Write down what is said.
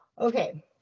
Okay